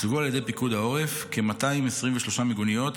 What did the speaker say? הוצבו על ידי פיקוד העורף כ-223 מיגוניות